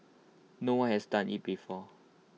no one has done IT before